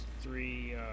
three